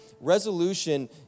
Resolution